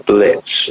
Blitz